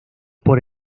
por